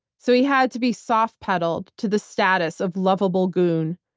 so he had to be soft-pedaled to the status of lovable goon,